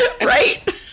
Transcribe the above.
Right